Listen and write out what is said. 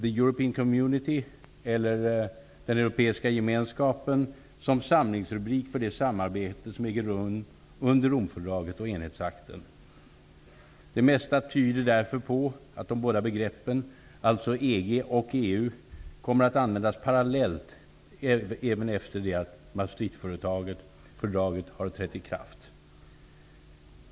European Community'' eller den europeiska gemenskapen som samlingsrubrik för det samarbete som äger rum under Romfördraget och enhetsakten. Det mesta tyder därför på att de båda begreppen, alltså EG och EU, kommer att användas parallellt, även efter det att Maastrichtfördraget trätt i kraft.